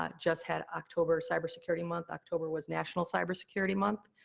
ah just had october cybersecurity month. october was national cybersecurity month,